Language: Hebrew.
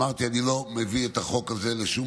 אמרתי: אני לא מביא את החוק הזה לשום